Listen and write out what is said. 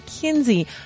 Kinsey